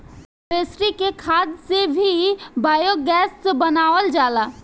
मवेशी के खाद से भी बायोगैस बनावल जाला